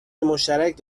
مشترک